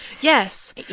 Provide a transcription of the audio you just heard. Yes